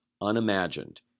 unimagined